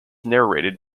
narrated